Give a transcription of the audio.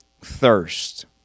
thirst